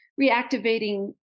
reactivating